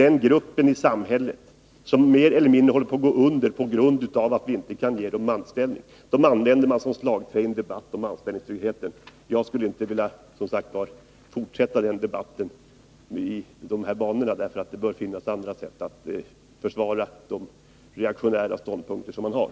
En grupp i samhället som mer eller mindre håller på att gå under på grund av att vi inte kan ge den arbete används som slagträ i en debatt om anställningstryggheten. Jag skulle som sagt inte vilja fortsätta debatten i de banorna. Det bör finnas andra sätt att försvara reaktionära ståndpunkter.